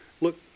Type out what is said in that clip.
Look